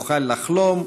יוכל לחלום,